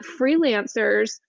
freelancers